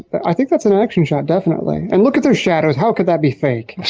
i think that's an action shot definitely. and look at their shadows, how could that be fake?